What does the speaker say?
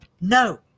No